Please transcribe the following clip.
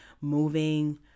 moving